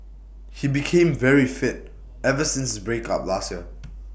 he became very fit ever since his breakup last year